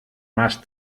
más